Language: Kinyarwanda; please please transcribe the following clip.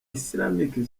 islamic